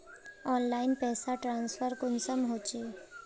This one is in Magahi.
ऑनलाइन पैसा ट्रांसफर कुंसम होचे?